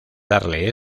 darle